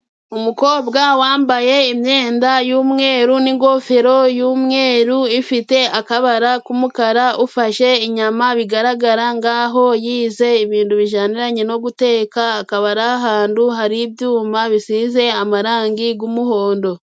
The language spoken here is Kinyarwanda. Umukobwa wambaye imyenda y'umweru n'ingofero y'umweru ifite akabara k'umukara ufashe inyama bigaragara ngaho yize ibintu bijaniranye no guteka akabari ahantu hari ibyuma bisize amarangi g'umuhondo.